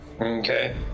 Okay